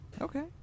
Okay